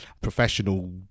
professional